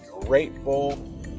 grateful